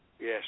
Yes